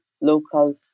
local